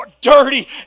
dirty